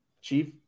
Chief